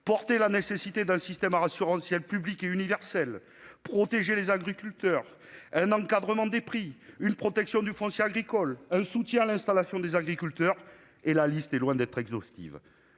porter la nécessité d'un système assurantiel public et universel pour protéger les agriculteurs, un encadrement des prix, une protection du foncier agricole, un soutien à l'installation des agriculteurs ; et la liste n'est pas exhaustive.